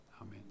Amen